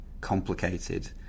complicated